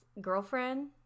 girlfriend